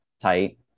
tight